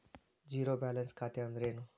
Zero balance ಖಾತೆ ಅಂದ್ರೆ ಏನು?